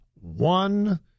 one